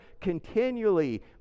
Continually